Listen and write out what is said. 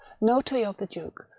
notary of the duke,